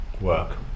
work